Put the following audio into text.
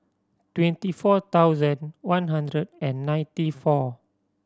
twenty four thousand one hundred and ninety four